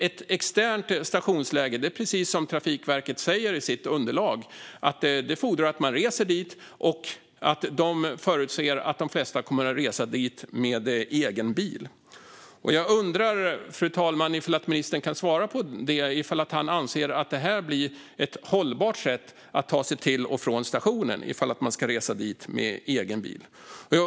Ett externt stationsläge fordrar, precis som Trafikverket säger i sitt underlag, att man reser dit, och det förutses att de flesta kommer att resa dit med egen bil. Fru talman! Anser ministern att det blir ett hållbart sätt att ta sig till och från stationen om man ska resa dit med egen bil?